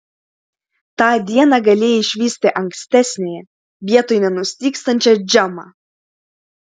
tą dieną galėjai išvysti ankstesniąją vietoj nenustygstančią džemą